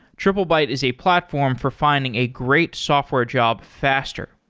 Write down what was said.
triplebyte is a platform for finding a great software job faster.